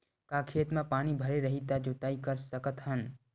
का खेत म पानी भरे रही त जोताई कर सकत हन?